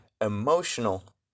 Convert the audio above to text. emotional